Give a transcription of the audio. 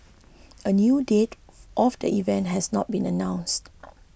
a new date of the event has not been announced